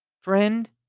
Friend